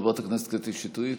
חברת הכנסת קטי שטרית.